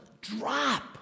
drop